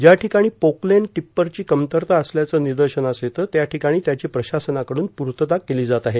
ज्या ठिकाणी पोकलेनए टिप्परची कमतरता असल्याचे निदर्शनास येते त्या ठिकाणी त्याची प्रशासनाकडून पूर्तता केली जात आहे